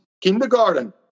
Kindergarten